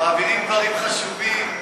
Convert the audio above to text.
מעבירים דברים חשובים.